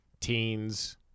teens